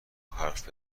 حرف